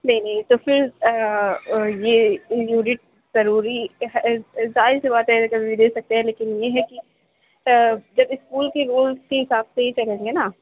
نہیں نہیں تو پھر یہ یونٹ ضروری ہے ظاہر سی بات ہے کبھی بھی دے سکتے ہیں لیکن یہ ہے کہ جب اسکول کے رولز کے حساب سے ہی چلیں گے نا